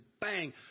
bang